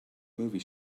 movie